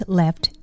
left